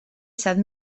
set